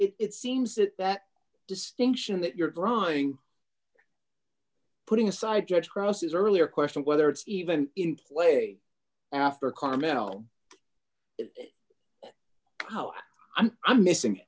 in it seems that that distinction that you're drawing putting aside judge crosses earlier question of whether it's even in place after carmel howard i'm missing